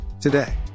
Today